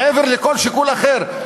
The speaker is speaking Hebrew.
מעבר לכל שיקול אחר,